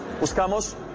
buscamos